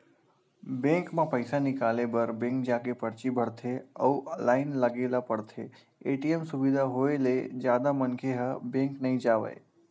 bank म पइसा निकाले बर बेंक जाके परची भरथे अउ लाइन लगे ल परथे, ए.टी.एम सुबिधा होय ले जादा मनखे ह बेंक नइ जावय